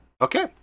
Okay